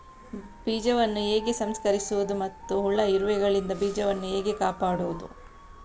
ಬೀಜವನ್ನು ಹೇಗೆ ಸಂಸ್ಕರಿಸುವುದು ಮತ್ತು ಹುಳ, ಇರುವೆಗಳಿಂದ ಬೀಜವನ್ನು ಹೇಗೆ ಕಾಪಾಡುವುದು?